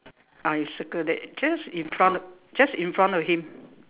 ah you circle that just in front just in front of him